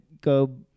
go